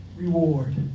reward